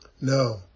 No